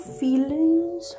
feelings